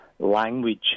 language